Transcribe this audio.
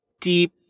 deep